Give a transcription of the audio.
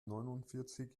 neunundvierzig